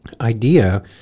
idea